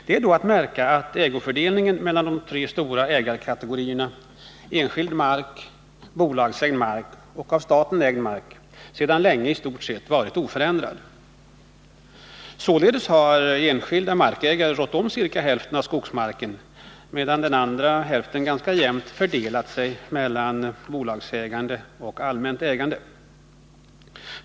Det är då att märka att ägarfördelningen mellan de tre stora ägarkategorierna— ägarna av enskild mark, ägarna av bolagsägd mark och staten — sedan länge varit i stort sett oförändrad. Således har enskilda markägare rått om ca hälften av skogsmarken, medan den andra hälften ganska jämnt fördelar sig mellan bolagsägande och allmänt ägande.